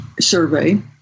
survey